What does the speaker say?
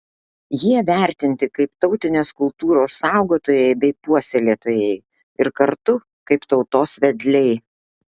jie vertinti kaip tautinės kultūros saugotojai bei puoselėtojai ir kartu kaip tautos vedliai